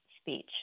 speech